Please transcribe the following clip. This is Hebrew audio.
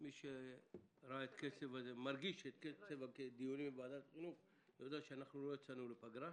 מי שמרגיש את קצב הדיונים בוועדת החינוך יודע שאנחנו לא יצאנו לפגרה.